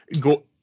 go